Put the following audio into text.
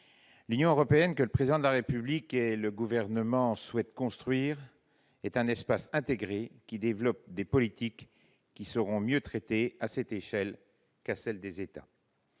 l'Union européenne que le Président de la République et le Gouvernement souhaitent construire est un espace intégré qui permet de développer des politiques qui sont mieux traitées à cet échelon qu'à celui des États.